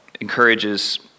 encourages